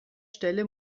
stelle